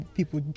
people